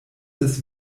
des